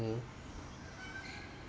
mm